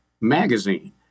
Magazine